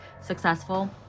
successful